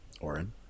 Orin